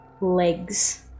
legs